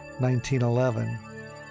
1911